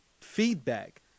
feedback